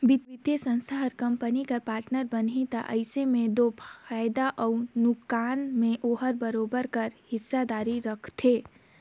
बित्तीय संस्था हर कंपनी कर पार्टनर बनही ता अइसे में दो फयदा अउ नोसकान में ओहर बरोबेर कर हिस्सादारी रखथे